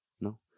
No